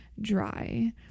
dry